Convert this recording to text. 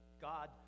god